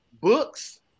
books